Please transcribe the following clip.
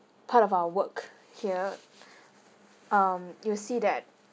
part of our work here um you'll see that